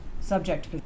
subject